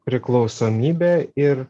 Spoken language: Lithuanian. priklausomybė ir